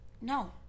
No